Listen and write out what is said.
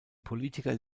politiker